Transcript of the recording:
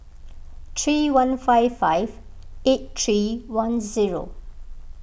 three one five five eight three one zero